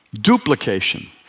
duplication